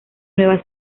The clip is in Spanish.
nueva